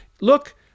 Look